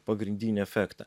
pagrindinį efektą